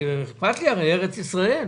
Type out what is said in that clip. הרי אכפת לי ארץ ישראל.